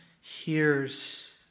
hears